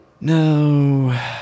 no